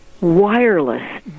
wireless